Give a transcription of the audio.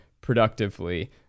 productively